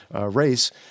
race